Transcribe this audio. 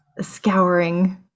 scouring